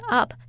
up